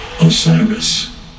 Osiris